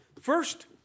First